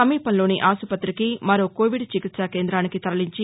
సమీపంలోని ఆసుపత్తికి మరో కోవిద్ చికిత్సా కేంద్రానికి తరలించి